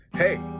Hey